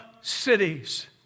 cities